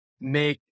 make